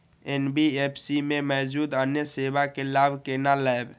NBFC में मौजूद अन्य सेवा के लाभ केना लैब?